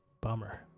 Bummer